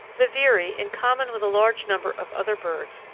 the veery, in common with a large number of other birds,